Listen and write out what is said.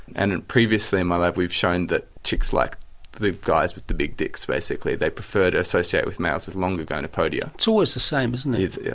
and and previously in my lab we've shown that chicks like the guys with the big dicks basically, they prefer to associate with males with longer gonapodia. it's always the same, isn't it. yeah